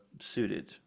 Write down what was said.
suited